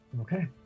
Okay